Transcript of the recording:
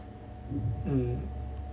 mm